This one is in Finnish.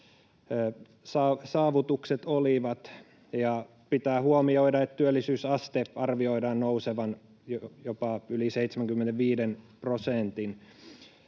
saavutukset olivat, ja pitää huomioida, että työllisyysasteen arvioidaan nousevan jopa yli 75 prosentin,